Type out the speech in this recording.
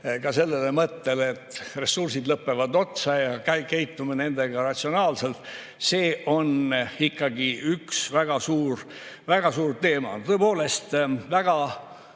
sellele mõttele, et ressursid lõpevad otsa ja käitume nendega ratsionaalselt – see on ikkagi üks väga suur teema. Tõepoolest, väga